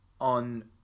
on